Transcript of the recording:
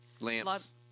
Lamps